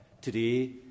Today